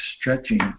stretching